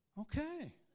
okay